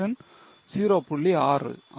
6 ஆனால் Y க்கு இது 1